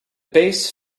base